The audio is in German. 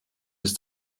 ist